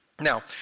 Now